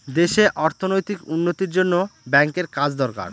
দেশে অর্থনৈতিক উন্নতির জন্য ব্যাঙ্কের কাজ দরকার